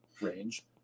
range